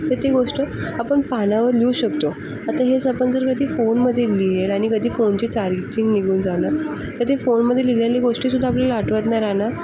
तर ती गोष्ट आपण पानावर लिहू शकतो आता हेच आपण जर का ती फोनमध्ये लिहेल आणि कधी फोनची चार्जिंग निघून जाणार तर ते फोनमध्ये लिहिलेली गोष्टीसुद्धा आपल्याला आठवत नाही राहणार